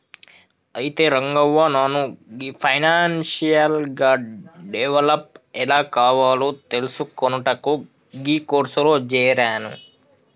అయితే రంగవ్వ నాను గీ ఫైనాన్షియల్ గా డెవలప్ ఎలా కావాలో తెలిసికొనుటకు గీ కోర్సులో జేరాను